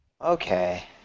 Okay